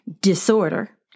disorder